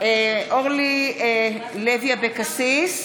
אורלי לוי אבקסיס,